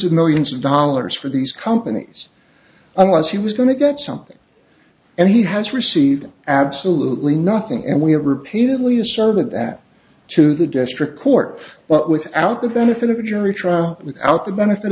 of millions of dollars for these companies unless he was going to get something and he has received absolutely nothing and we have repeatedly as a servant that to the district court well without the benefit of a jury trial without the benefit